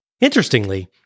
Interestingly